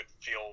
feel